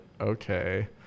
okay